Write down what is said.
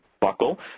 buckle